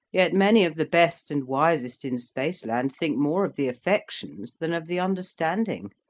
yet many of the best and wisest in spaceland think more of the affections than of the understanding,